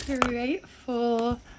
grateful